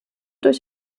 durch